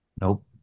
Nope